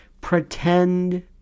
pretend